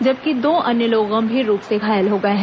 जबकि दो अन्य लोग गंभीर रूप से घायल हो गए हैं